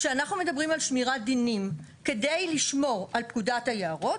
כשאנחנו מדברים על שמירת דינים כדי לשמור על פקודת היערות,